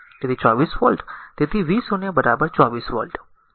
તેથી 24 વોલ્ટ તેથી v0 24 volt